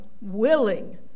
willing